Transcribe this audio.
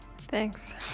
Thanks